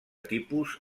tipus